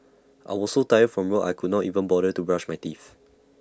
I was so tired from work I could not even bother to brush my teeth